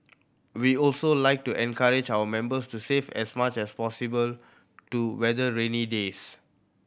we also like to encourage our members to save as much as possible to weather rainy days